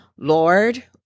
Lord